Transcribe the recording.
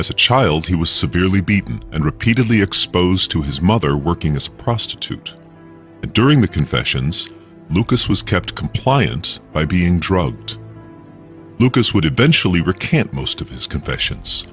as a child he was severely beaten and repeatedly exposed to his mother working as a prostitute but during the confessions lucas was kept compliant by being drugged lucas would have been can't most of his confessions